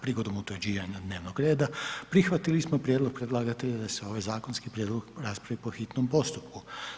Prigodom utvrđivanja dnevnog reda prihvatili smo prijedlog predlagatelja da se ovaj zakonski prijedlog raspravi po hitnom postupku.